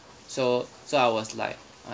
so so I was like